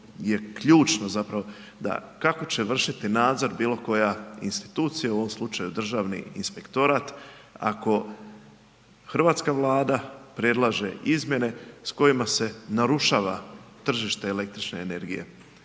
je ključno zapravo da kako će vršiti nadzor bilo koja institucija, u ovom slučaju Državni inspektorat ako hrvatska Vlada predlaže izmjene s kojima se narušava tržište električne energije?